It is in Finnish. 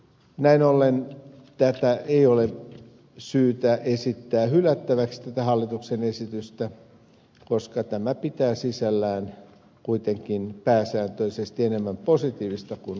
näin ollen hallituksen esitystä ei ole syytä esittää hylättäväksi koska se pitää sisällään pääsääntöisesti enemmän myönteistä kuin kielteistä